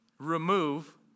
remove